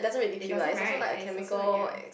it doesn't right and it's also ya